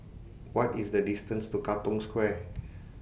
What IS The distance to Katong Square